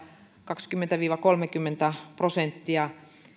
kaksikymmentä viiva kolmekymmentä prosenttia viljasta